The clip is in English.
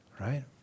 right